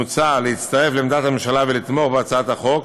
מוצע להצטרף לעמדת הממשלה ולתמוך בהצעת החוק,